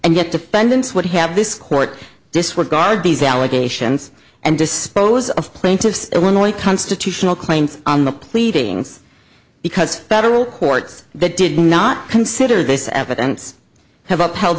and yet defendants would have this court disregard these allegations and dispose of plaintiff's only constitutional claims on the pleadings because federal courts that did not consider this evidence have upheld